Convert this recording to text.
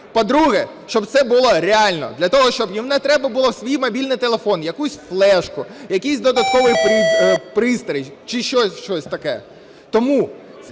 По-друге, щоб це було реально, для того, щоб їм не треба було в свій мобільний телефон, якусь флешку, якийсь додатковий пристрій чи ще щось таке. Тому,